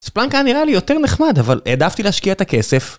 ספלנק היה נראה לי יותר נחמד, אבל העדפתי להשקיע את הכסף